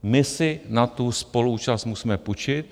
My si na tu spoluúčast musíme půjčit.